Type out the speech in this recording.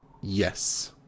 Yes